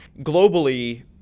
globally